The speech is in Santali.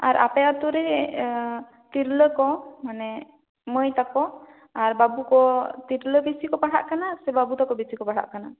ᱟᱨ ᱟᱯᱮ ᱟᱛᱳ ᱨᱮ ᱛᱤᱨᱞᱟᱹ ᱠᱚ ᱢᱟᱱᱮ ᱢᱟᱹᱭ ᱛᱟᱠᱚ ᱟᱨ ᱵᱟᱹᱵᱩ ᱠᱚ ᱛᱤᱨᱞᱟᱹ ᱵᱤᱥᱤ ᱠᱚ ᱯᱟᱲᱦᱟ ᱠᱟᱱᱟ ᱥᱮ ᱵᱟᱹᱵᱩ ᱛᱟᱠᱚ ᱵᱤᱥᱤ ᱠᱚ ᱯᱟᱲᱦᱟ ᱠᱟᱱᱟ